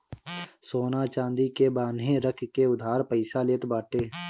सोना चांदी के बान्हे रख के उधार पईसा लेत बाटे